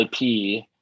IP